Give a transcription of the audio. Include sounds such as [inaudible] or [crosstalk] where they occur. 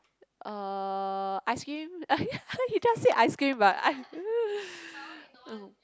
uh ice cream [laughs] he just said ice cream but I [laughs]